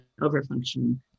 overfunction